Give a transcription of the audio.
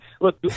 look